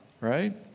right